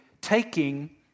taking